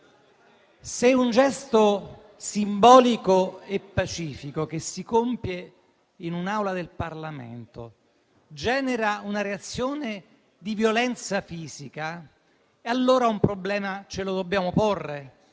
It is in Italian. se un gesto simbolico e pacifico che si compie in un'Aula del Parlamento genera una reazione di violenza fisica, allora un problema ce lo dobbiamo porre,